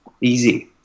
Easy